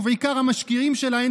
ובעיקר המשקיעים שלהן,